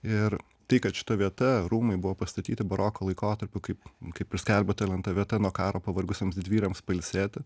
ir tai kad šita vieta rūmai buvo pastatyti baroko laikotarpiu kaip kaip ir skelbia ta lenta vieta nuo karo pavargusiems didvyriams pailsėti